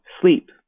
sleep